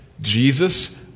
Jesus